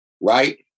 right